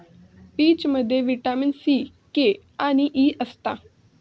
पीचमध्ये vitamin C, K आणि E असता